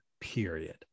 period